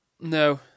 No